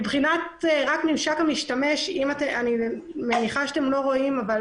מבחינת ממשק המשתמש, אני מניחה שאתם לא רואים אבל